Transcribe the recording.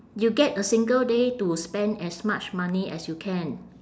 you get a single day to spend as much money as you can